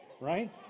right